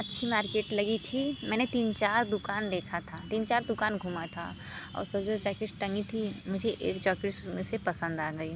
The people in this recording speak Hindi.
अच्छी मार्केट लगी थी मैंने तीन चार दुकान देखा था तीन चार दुकान घूमा था और फिर जो जैकेट तनी थी मुझे एक जैकेट उसमे में से पसंद आ गई